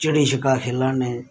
चिड़ी छिक्का खेला ने